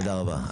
תודה רבה.